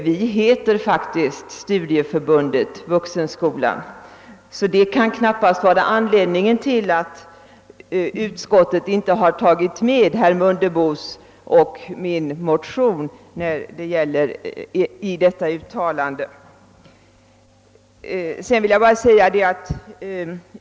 Namnet är faktiskt Studieförbundet Vuxenskolan, så att det kan knappast vara anledningen till att utskottet inte har tagit med herr Mundebos och min motion i sitt uttalande.